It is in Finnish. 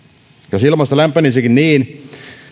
jos ilmasto lämpenisikin niin